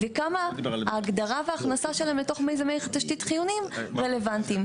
וכמה ההגדרה וההכנסה שלהם לתוך מיזמי תשתית חיוניים רלוונטיים.